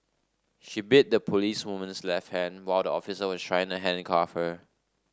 she bit the policewoman's left hand while the officer was trying to handcuff her